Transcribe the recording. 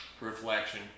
reflection